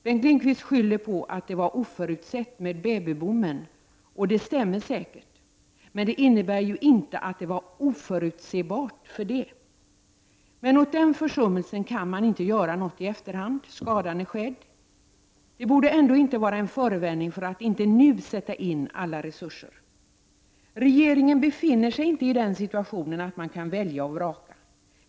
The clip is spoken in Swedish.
Bengt Lindqvist skyller på att ”babyboomen” var oförutsedd, och det stämmer säkerligen, men det innebär ju inte att utvecklingen i stort var oförutsebar. Åt den försummelsen kan man dock inte göra något i efterhand. Skadan är skedd. Det borde ändå inte var en förevändning för att nu inte sätta in alla resurser. Regeringen befinner sig inte i den situationen att den kan välja och vraka.